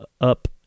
up